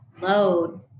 load